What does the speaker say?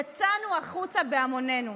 יצאנו החוצה בהמונינו.